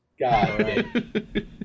God